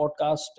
podcast